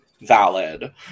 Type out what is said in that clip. Valid